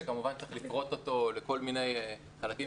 שכמובן צריך לפרוט אותו לכל מיני חלקים